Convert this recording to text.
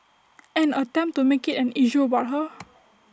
and attempt to make IT an issue about her